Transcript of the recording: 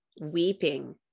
weeping